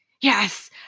Yes